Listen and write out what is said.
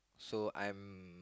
so I'm